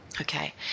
Okay